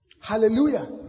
Hallelujah